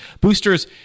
boosters